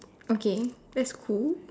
okay that's cool